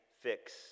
fix